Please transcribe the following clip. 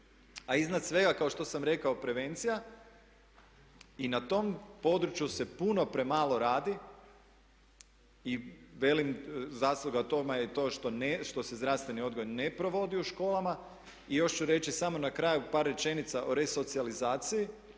A iznad svega kao što sam rekao prevencija i na tom području se puno premalo radi i velim zasluga toga je to što se zdravstveni odgoj ne provodi u školama. I još ću reći samo na kraju par rečenica o resocijalizaciji.